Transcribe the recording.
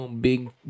big